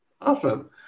Awesome